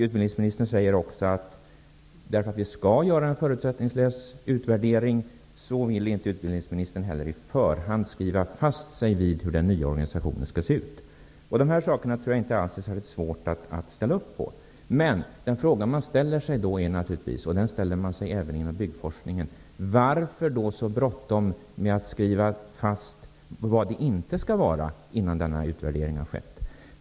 Utbildningsministern säger också att på grund av att vi skall göra en förutsättningslös utvärdering vill inte utbildningsministern i förhand skriva fast sig vid hur den nya organisationen skall se ut. De här sakerna tror jag inte alls att det är särskilt svårt att ställa upp på. Men den fråga man ställer sig är naturligtvis, och den ställer man sig även inom byggforskningen, varför då så bråttom med att skriva fast vad det inte skall vara innan denna utvärdering har skett?